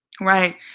Right